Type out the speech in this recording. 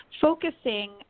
focusing